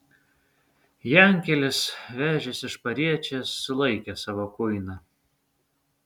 jankelis vežęs iš pariečės sulaikė savo kuiną